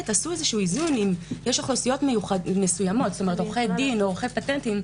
עשו איזון יש אוכלוסיות מסוימות עורכי דין או עורכי פטנטים,